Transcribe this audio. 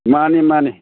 ꯃꯥꯟꯅꯤ ꯃꯥꯟꯅꯤ